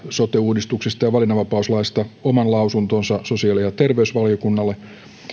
sote uudistuksesta ja valinnanvapauslaista oman lausuntonsa sosiaali ja terveysvaliokunnalle